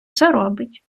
заробить